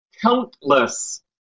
countless